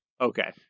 Okay